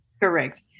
Correct